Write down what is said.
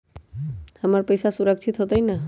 हमर पईसा सुरक्षित होतई न?